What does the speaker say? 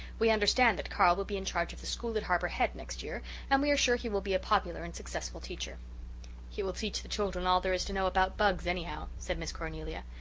we understand that carl will be in charge of the school at harbour head next year and we are sure he will be a popular and successful teacher he will teach the children all there is to know about bugs, anyhow, said miss cornelia.